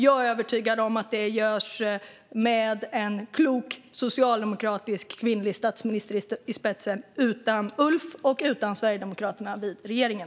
Jag är övertygad om att det görs bäst med en klok, socialdemokratisk kvinnlig statsminister i spetsen - utan Ulf och utan Sverigedemokraterna i regeringen.